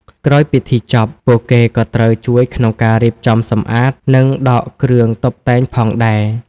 ក្រោយពិធីចប់ ពួកគេក៏ត្រូវជួយក្នុងការរៀបចំសម្អាត និងដកគ្រឿងតុបតែងផងដែរ។